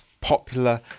popular